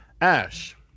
Ash